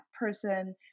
person